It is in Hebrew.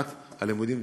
בשנת הלימודים,